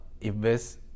invest